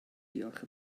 diolch